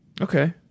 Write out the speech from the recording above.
Okay